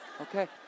Okay